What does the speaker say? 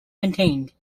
contained